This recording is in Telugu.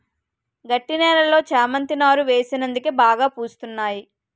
గట్టి నేలలో చేమంతి నారు వేసినందుకే బాగా పూస్తున్నాయి